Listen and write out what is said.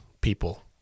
people